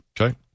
Okay